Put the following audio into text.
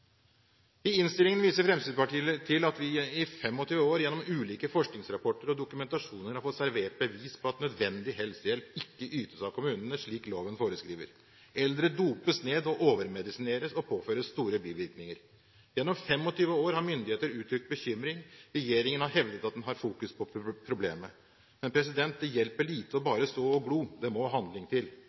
I innstillingen viser Fremskrittspartiet til at vi i 25 år gjennom ulike forskningsrapporter og dokumentasjoner har fått servert bevis på at nødvendig helsehjelp ikke ytes av kommunene, slik loven foreskriver. Eldre dopes ned og overmedisineres og påføres store bivirkninger. Gjennom 25 år har myndigheter uttrykt bekymring, regjeringen har hevdet at den har fokus på problemet. Men det hjelper lite bare å stå og glo, det må handling til.